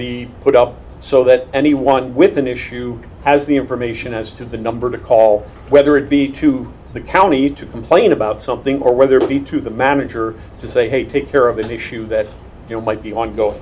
be put up so that anyone with an issue has the information as to the number to call whether it be to the county to complain about something or whether it be to the manager to say hey take care of an issue that you know might be ongoing